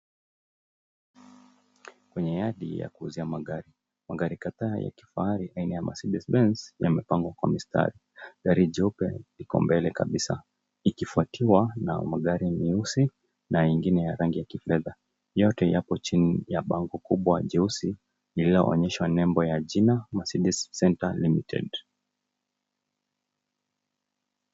Kwenye yadi ya kuuzia magari. Magari kadhaa ya kifahari haina ya [mercedes benz] yamepangwa ka msitari. Gari cheupe iko mbele kabisa ikifwatiwa na magari nyeusi, na nyingine ya rangi ya kifedha. Yote yapo chini ya bango kubwa jeuzi lililooneshwa lebo ya jina [Mercedes Center Limited].